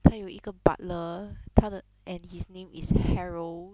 她有一个 butler 她的 and his name is harold